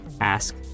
ask